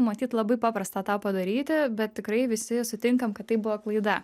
matyt labai paprasta tą padaryti bet tikrai visi sutinkam kad tai buvo klaida